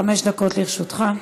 חמש דקות לרשותך.